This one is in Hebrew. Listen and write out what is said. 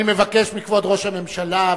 אני מבקש מכבוד ראש הממשלה,